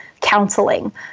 counseling